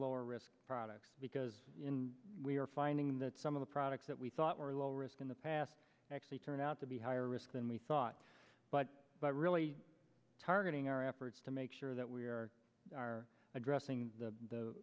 lower risk products because in we are finding that some of the products that we thought were low risk in the past actually turned out to be higher risk than we thought but by really targeting our efforts to make sure that we are addressing the